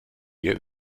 ihr